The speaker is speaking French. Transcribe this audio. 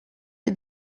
est